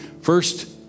First